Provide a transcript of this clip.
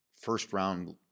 first-round